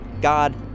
God